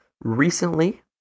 recently